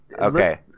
Okay